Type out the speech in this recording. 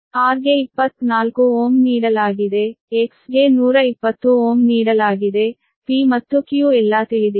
R ಗೆ 24 Ω ನೀಡಲಾಗಿದೆ X ಗೆ 120 Ω ನೀಡಲಾಗಿದೆ P ಮತ್ತು Q ಎಲ್ಲಾ ತಿಳಿದಿದೆ